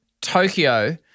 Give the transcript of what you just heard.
Tokyo